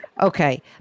Okay